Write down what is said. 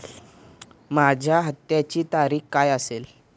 माझ्या हप्त्याची तारीख काय असेल?